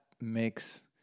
makes